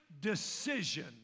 decision